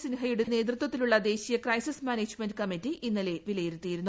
സിൻഹയുടെ നേതൃത്വത്തിലുള്ള ദേശീയ crisis management committee ഇന്നലെ വിലയിരുത്തിയിരുന്നു